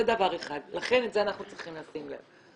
זה דבר אחד, לכן לזה אנחנו צריכים לשים לב.